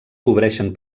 cobreixen